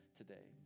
today